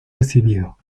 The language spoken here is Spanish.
recibido